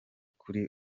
kuri